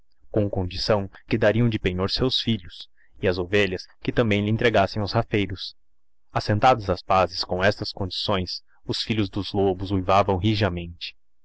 com condição que darião de penhor seus filhos e as ovelhas que também lhes entregassem os rafeiros assentadas as pazes com estas condições os filhos dos lobos huivavão rijamente